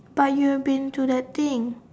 but you have been to that thing